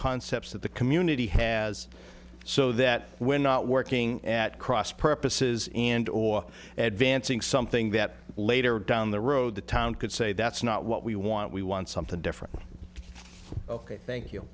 concepts that the community has so that we're not working at cross purposes and or advancing something that later down the road the town could say that's not what we want we want something different ok thank you